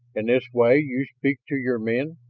in this way you speak to your men?